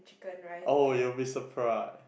oh you'll be surprised